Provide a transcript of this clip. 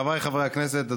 חבריי חברי הכנסת,